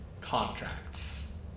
contracts